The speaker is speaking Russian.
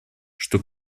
что